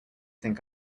think